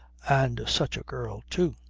and such a girl, too.